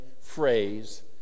phrase